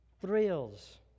thrills